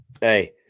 Hey